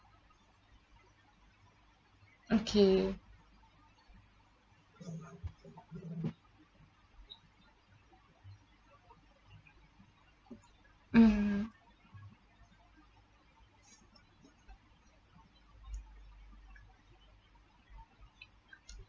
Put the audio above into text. okay mm